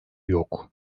yok